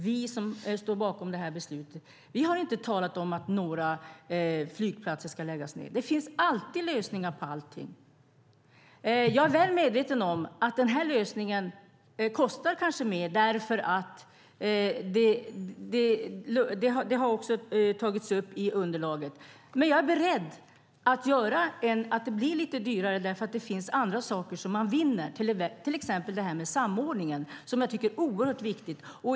Vi som står bakom det här beslutet har inte talat om att några flygplatser ska läggas ned. Det finns alltid lösningar på allting. Jag är väl medveten om att den här lösningen kanske kostar mer. Det har också tagits upp i underlaget. Men jag är beredd på att det blir lite dyrare därför att det finns andra saker som man vinner, till exempel samordning, som jag tycker är oerhört viktigt.